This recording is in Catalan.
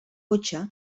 cotxe